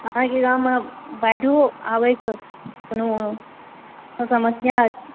अहाँके गाममे बाढ़िओ आयबाक कोनो समस्या